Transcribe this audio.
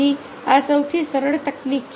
તેથી આ સૌથી સરળ તકનીક છે